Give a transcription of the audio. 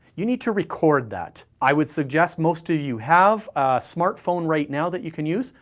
you need to record that. i would suggest most of you have a smartphone right now that you can use.